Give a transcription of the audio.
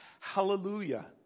Hallelujah